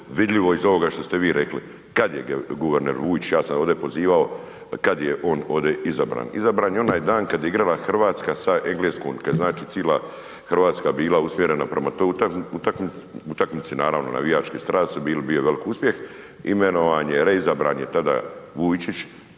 vidljivo iz ovoga što ste vi rekli. Kad je guverner Vujčić, ja sam pozivao, kad je on ovdje izabran? Izabran je onaj dan kad je igrala Hrvatska sa Engleskom, kad je cijela Hrvatska bila usmjerena prema toj utakmici, naravno, navijačke strasti su bile, bio je veliki uspjeh, imenovan je, reizabran je tada Vujčić,